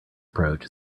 approach